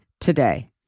today